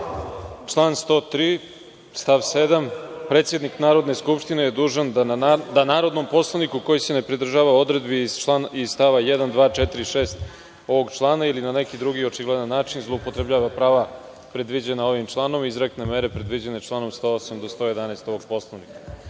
Član 103. stav 7 – Predsednik Narodne skupštine je dužan da narodnom poslaniku koji se ne pridržava odredbi iz st. 1, 2, 4. i 6. ovog člana ili na neki drugi očigledan način zloupotrebljava prava predviđena ovim članom, izrekne mere predviđene članom 108. do 111. ovog Poslovnika. Dakle,